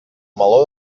meló